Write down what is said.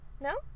No